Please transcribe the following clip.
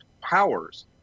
powers